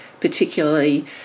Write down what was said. particularly